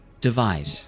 divide